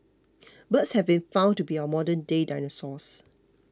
birds have been found to be our modernday dinosaurs